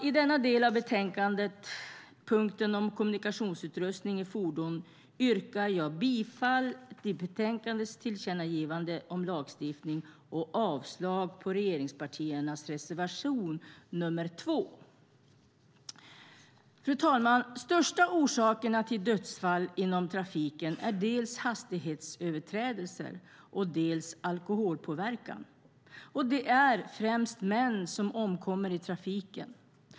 I denna del av betänkandet under punkten om kommunikationsutrustning i fordon yrkar jag bifall till betänkandets förslag om lagstiftning och avslag på regeringspartiernas reservation nr 2. Fru talman! De största orsakerna till dödsfall inom trafiken är dels hastighetsöverträdelser, dels alkoholpåverkan. Det är främst män som omkommer i trafiken.